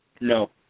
No